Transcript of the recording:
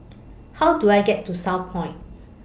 How Do I get to Southpoint